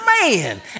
Man